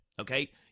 okay